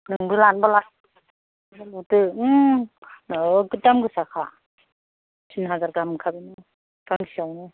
नोंबो लानोबा लादो नोगोद दाम गोसाखा थिन हाजार गाहाम होनखाबाय गांसेआवनो